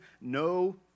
no